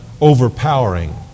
overpowering